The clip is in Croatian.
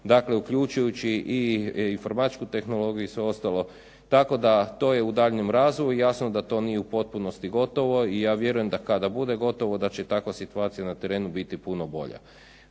dakle uključujući i informatičku tehnologiju i sve ostalo. Tako da to je u daljnjem razvoju i jasno da to nije u potpunosti gotovo i ja vjerujem da kada bude gotovo da će takva situacija na terenu biti puno bolja.